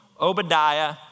Obadiah